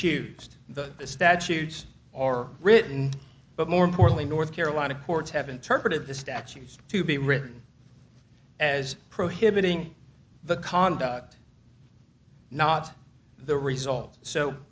accused the statutes are written but more importantly north carolina courts have interpreted the statutes to be written as prohibiting the conduct not the result so